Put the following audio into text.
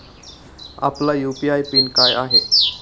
आपला UPI pin काय आहे?